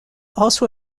also